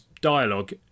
dialogue